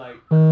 okay